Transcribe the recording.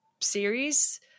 series